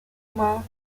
month